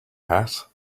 hat